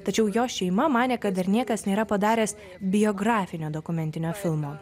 tačiau jo šeima manė kad dar niekas nėra padaręs biografinio dokumentinio filmo